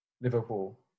Liverpool